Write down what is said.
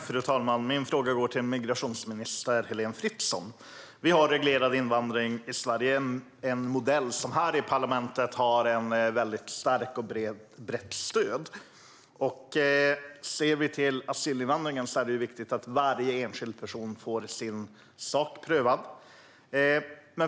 Fru talman! Min fråga går till migrationsminister Heléne Fritzon. Vi har reglerad invandring i Sverige - en modell som här i parlamentet har ett starkt och brett stöd. När det gäller asylinvandringen är det viktigt att varje enskild person får sin sak prövad.